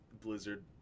Blizzard